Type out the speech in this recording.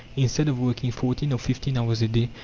instead of working fourteen or fifteen hours a day,